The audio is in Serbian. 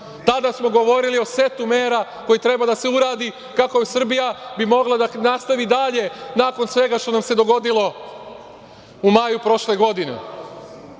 tada smo govorili o setu mera koji treba da se uradi kako bi Srbija mogla da nastavi dalje nakon svega što nam se dogodilo u maju prošle godine. Da